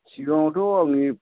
सिगाङावथ' आंनि